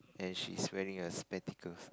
and she's wearing a spectacles